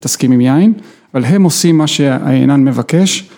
מתעסקים עם יין, אבל הם עושים מה שהיינן מבקש.